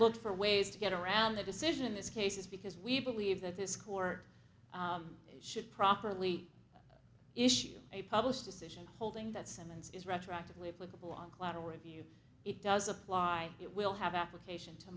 looked for ways to get around the decision in this case is because we believe that this court should properly issue a published decision holding that sentence is retroactively applicable on collateral review it does apply it will have application to